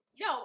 No